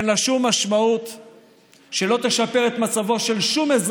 שאין לה שום משמעות,